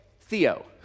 Theo